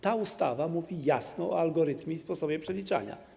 Ta ustawa mówi jasno o algorytmie i sposobie przeliczania.